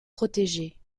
protégés